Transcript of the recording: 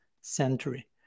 century